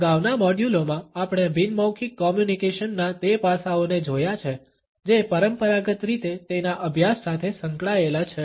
અગાઉના મોડ્યુલોમાં આપણે બિન મૌખિક કોમ્યુનિકેશનના તે પાસાઓને જોયા છે જે પરંપરાગત રીતે તેના અભ્યાસ સાથે સંકળાયેલા છે